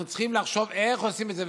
אנחנו צריכים לחשוב איך עושים את זה,